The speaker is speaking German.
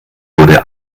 wurde